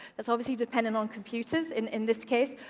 that's obviously dependent on computers, in this case.